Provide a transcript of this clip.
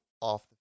off